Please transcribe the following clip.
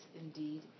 indeed